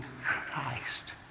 Christ